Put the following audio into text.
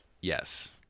yes